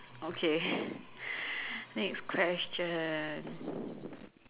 okay next question